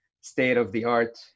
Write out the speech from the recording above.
state-of-the-art